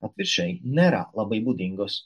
atvirkščiai nėra labai būdingos